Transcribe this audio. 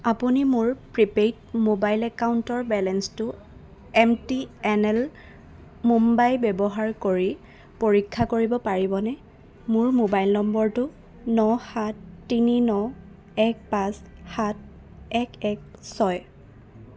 আপুনি মোৰ prepaid mobile একাউণ্টৰ বেলেন্সটো M T N L Mumbai ব্যৱহাৰ কৰি পৰীক্ষা কৰিব পাৰিবনে মোৰ মোবাইল নম্বৰটো ন সাত তিনি ন এক পাঁচ সাত এক এক ছয়